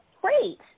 great